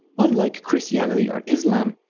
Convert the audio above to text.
unlike christianity or islam,